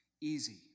easy